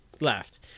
Left